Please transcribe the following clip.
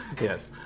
Yes